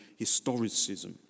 historicism